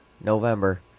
November